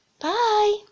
Bye